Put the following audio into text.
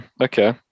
okay